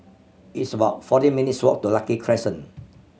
it's about forty minutes' walk to Lucky Crescent